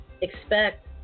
expect